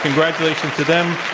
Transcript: congratulations to them.